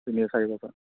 তিনি